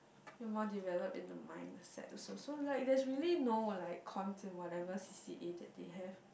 more developed in the mindset so so like there's really no like cons in whatever C_C_A that they have